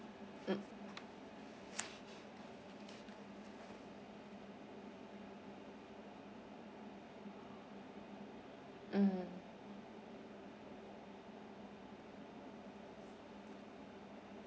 mm